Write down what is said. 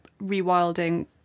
rewilding